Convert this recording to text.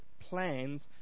plans